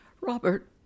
Robert